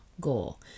goal